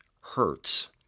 hurts